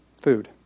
Food